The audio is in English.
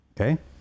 Okay